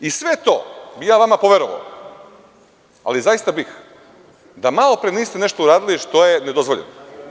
I sve to bih ja vama poverovao, ali zaista bih, da malopre niste nešto uradili što je nedozvoljeno.